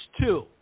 two